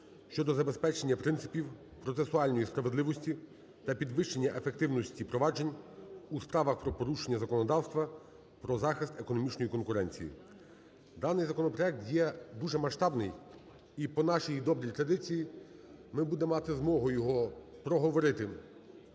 щодо забезпечення принципів процесуальної справедливості та підвищення ефективності провадження у справах про порушення законодавства про захист економічної конкуренції. Даний законопроект є дуже масштабний , і по нашій добрій традиції ми будемо мати змогу його проговорити